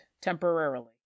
temporarily